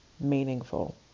meaningful